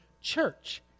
church